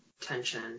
tension